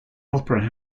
opera